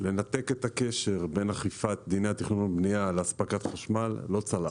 לנתק את הקשר בין אכיפת דיני התכנון והבנייה לאספקת החשמל לא צלח.